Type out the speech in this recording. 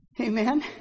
Amen